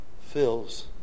fills